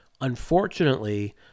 Unfortunately